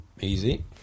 easy